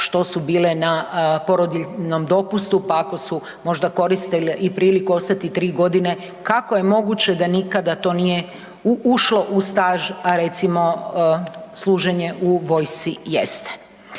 što su bile na porodiljnom dopustu, pa ako su možda koristile i priliku ostati tri godine, kako je moguće da nikada to nije u ušlo u staž, a recimo služenje u vojsci jeste.